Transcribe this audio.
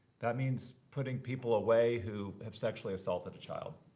that means putting people away who have sexually assaulted a child.